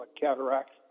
cataracts